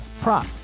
prop